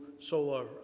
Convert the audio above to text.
solar